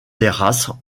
terrasse